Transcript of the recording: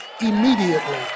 immediately